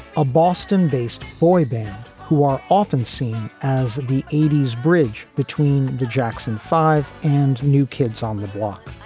a boston based boy band who are often seen as the eighty s bridge between the jackson five and new kids on the block.